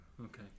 Okay